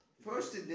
first